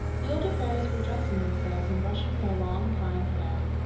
the older fairies were dressing themselves and brushing their long fine hair.